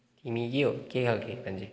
तिमी के हो के खालको मान्छे